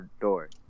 door